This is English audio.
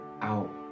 out